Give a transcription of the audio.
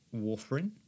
warfarin